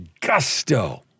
gusto